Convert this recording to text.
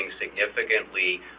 significantly